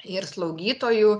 ir slaugytojų